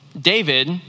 David